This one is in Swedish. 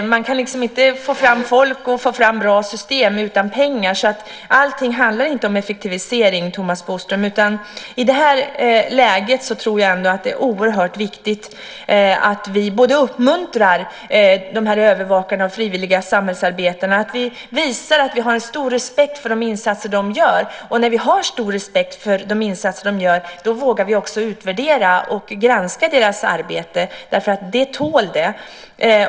Man kan liksom inte få fram folk och bra system utan att ha pengar, så allt handlar inte, Thomas Bodström, om effektivisering. I det här läget är det nog oerhört viktigt både att vi uppmuntrar övervakarna och de frivilliga samhällsarbetarna och att vi visar att vi har stor respekt för de insatser som de gör. När vi har stor respekt för de insatser som de gör vågar vi också utvärdera och granska deras arbete därför att det tål det.